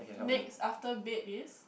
next after bed is